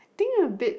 think a bit